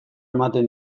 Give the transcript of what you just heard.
ematen